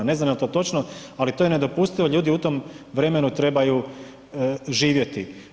Ne znam jel to točno, ali to je nedopustivo ljudi u tom vremenu trebaju živjeti.